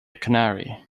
canary